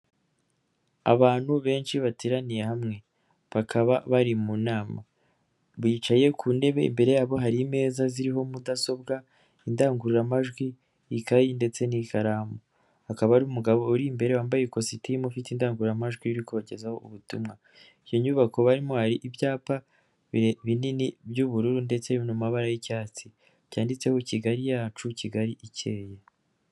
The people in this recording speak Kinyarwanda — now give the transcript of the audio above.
Abantu benshi bateraniye hamwe. Bakaba bari mu nama. Bicaye ku ntebe imbere yabo hari imeza ziriho mudasobwa, indangururamajwi, ikaye ndetse n'ikaramu. Akaba ari umugabo uri imbere wambaye ikositimu ufite indangururamajwi uri kubagezaho ubutumwa. Iyo nyubako barimo hari ibyapa bire binini by'ubururu ndetse no mu mabara y'icyatsi. Byanditseho Kigali yacu, Kigali ikeye.